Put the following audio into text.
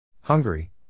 Hungary